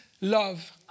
love